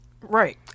Right